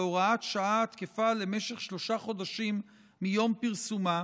בהוראת שעה התקפה למשך שלושה חודשים מיום פרסומה,